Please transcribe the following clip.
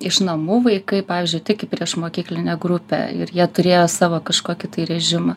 iš namų vaikai pavyzdžiui tik į priešmokyklinę grupę ir jie turėjo savo kažkokį tai režimą